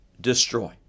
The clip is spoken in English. destroy